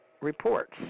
reports